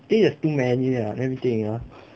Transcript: think there is too many ah let me think ah